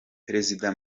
perezida